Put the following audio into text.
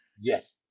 Yes